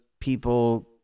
people